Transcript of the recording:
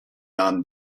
نام